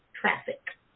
traffic